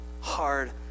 hard